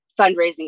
fundraising